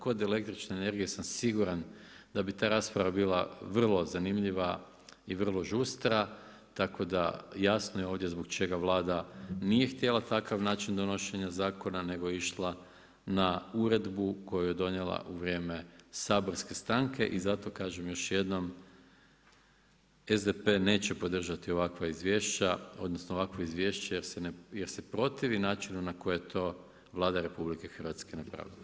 Kod električne energije sam siguran da bi ta rasprava bila vrlo zanimljiva i vrlo žustra, tako da, jasno je ovdje zbog čega Vlada nije htjela takav način donošenja zakona nego je išla na uredbu koju je donijela u vrijeme saborske stanke i zato kažem, još jednom, SDP neće podržati ovakva izvješća, odnosno ovakvo izvješće jer se protivi načinu na koji je to Vlada RH napravila.